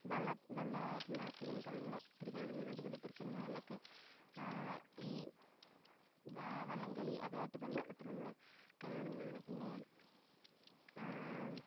വള്ള വള്ളമായിട്ടുള്ള ആ സീനൊക്കെ നമ്മള് ഒത്തിരി കാണുന്നതു തന്നെയാണ് അതുപോലത്തൊരു സിനിമകളിലൊക്കെ ഈ വാ വള്ളംകളി അതുമായിട്ട് ബന്ധപ്പെട്ട് നമ്മള് കാണുന്നതാണ് പിന്നേ